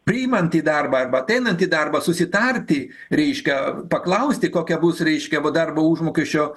priimant į darbą arba ateinant į darbą susitarti reiškia paklausti kokia bus reiškia va darbo užmokesčio